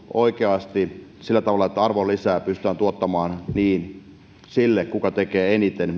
oikeasti sillä tavalla että arvonlisää pystytään tuottamaan sille joka myöskin tekee eniten